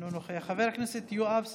אינו נוכח, חבר הכנסת יואב סגלוביץ'